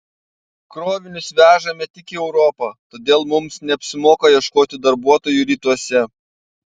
krovinius vežame tik į europą todėl mums neapsimoka ieškoti darbuotojų rytuose